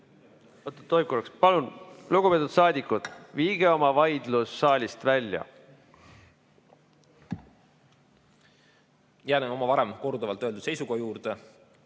Kas tohib korraks? Palun, lugupeetud saadikud, viige oma vaidlus saalist välja! Jään oma varem korduvalt öeldud seisukoha juurde.